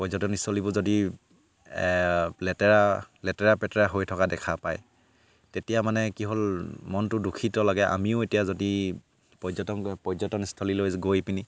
পৰ্যটনস্থলীবোৰ যদি লেতেৰা লেতেৰা পেতেৰা হৈ থকা দেখা পায় তেতিয়া মানে কি হ'ল মনটো দূষিত লাগে আমিও এতিয়া যদি পৰ্যটন পৰ্যটনস্থলীলৈ গৈ পিনি